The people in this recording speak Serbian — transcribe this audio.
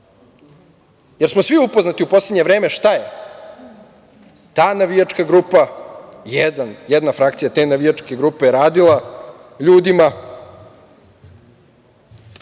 Svi smo upoznati u poslednje vreme šta je ta navijačka grupa, jedna frakcija te navijačke grupe radila ljudima